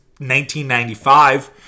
1995